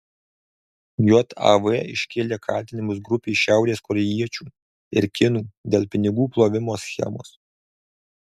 jav iškėlė kaltinimus grupei šiaurės korėjiečių ir kinų dėl pinigų plovimo schemos